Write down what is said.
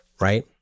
right